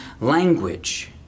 language